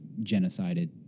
genocided